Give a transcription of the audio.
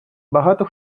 багато